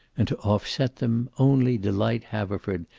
and to offset them, only delight haverford,